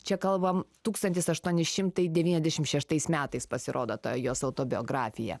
čia kalbam tūkstantis aštuoni šimtai devyniasdešimt šeštais metais pasirodo ta jos autobiografija